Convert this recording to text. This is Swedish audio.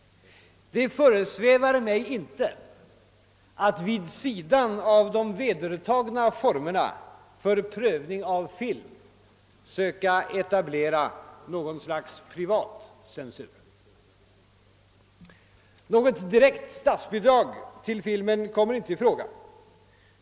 Det föresvävar mig inte att vid sidan av de vedertagna formerna för prövning av film söka etablera något slags privat censur. Något direkt statsbidrag till filmen kommer inte i fråga.